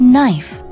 Knife